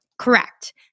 correct